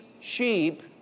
sheep